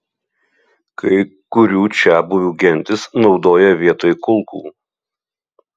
kai kurių čiabuvių gentys naudoja vietoj kulkų